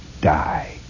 die